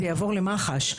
זה יעבור למח"ש.